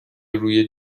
روی